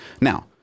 Now